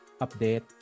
update